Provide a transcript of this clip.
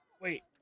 Wait